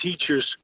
teachers